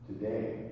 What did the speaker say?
today